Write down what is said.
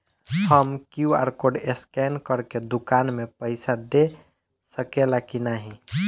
हम QR code scan करके दुकान में पईसा दे सकेला की नाहीं?